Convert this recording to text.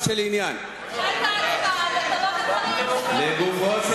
אז תדחה את ההצבעה ותבוא בדברים עם,